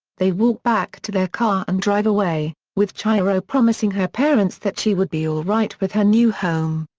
they walk back to their car and drive away, with chihiro promising her parents that she would be all right with her new home.